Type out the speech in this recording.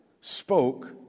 spoke